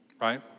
right